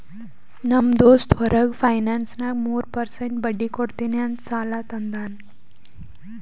ನಮ್ ದೋಸ್ತ್ ಹೊರಗ ಫೈನಾನ್ಸ್ನಾಗ್ ಮೂರ್ ಪರ್ಸೆಂಟ್ ಬಡ್ಡಿ ಕೊಡ್ತೀನಿ ಅಂತ್ ಸಾಲಾ ತಂದಾನ್